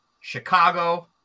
Chicago